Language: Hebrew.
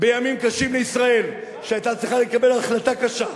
בימים קשים לישראל, שהיתה צריכה לקבל החלטה קשה.